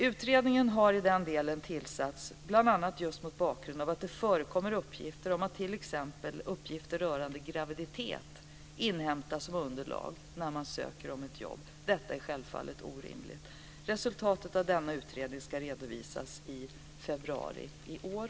Utredningen har i den delen tillsatts bl.a. mot bakgrund av att det i dag förekommer att uppgifter rörande graviditet inhämtas som underlag för beslut om anställning. Detta är självfallet orimligt. Resultatet av utredningen ska redovisas i februari i år.